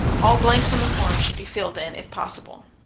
all blanks on the form should be filled in if possible.